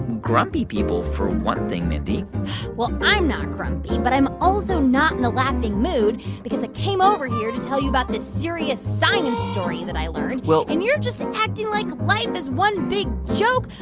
grumpy people, for one thing, mindy well, i'm not grumpy, but i'm also not in the laughing mood because i came over here to tell you about this serious science story that i learned well. and you're just acting like life is one big joke,